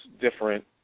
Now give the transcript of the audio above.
different